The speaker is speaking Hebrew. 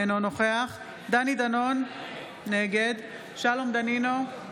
אינו נוכח דני דנון, נגד שלום דנינו,